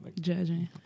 judging